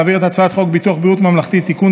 להעביר את הצעת חוק ביטוח בריאות ממלכתי (תיקון,